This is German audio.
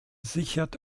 sichert